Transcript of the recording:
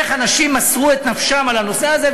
איך אנשים מסרו את נפשם על הנושא הזה,